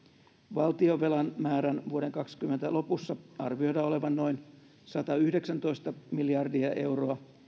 valtionvelan määrän vuoden kaksikymmentä lopussa arvioidaan olevan noin satayhdeksäntoista miljardia euroa